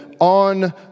on